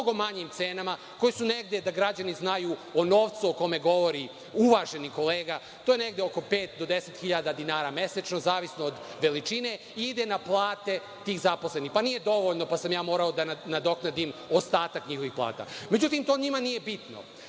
manjim cenama, koje su negde, da građani znaju, o novcu o kome govori uvaženi kolega, to je negde oko pet do deset hiljada dinara mesečno, zavisno od veličine i ide na plate tih zaposlenih, nije dovoljno, morao sam da nadoknadim ostatak njihovih plata.Međutim, to njima nije bitno.